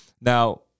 Now